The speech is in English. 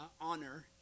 honor